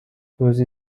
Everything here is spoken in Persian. روزی